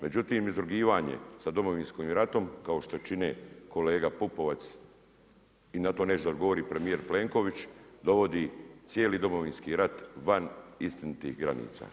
Međutim, izrugivanje sa Domovinskim ratom kao što čine kolega Pupovac i na to neće da odgovori premijer Plenković dovodi cijeli Domovinski rat van istinitih granica.